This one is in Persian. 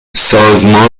سازمان